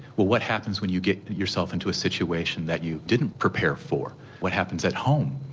what what happens when you get yourself into a situation that you didn't prepare for, what happens at home,